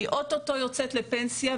והיא אוטוטו יוצאת לפנסיה,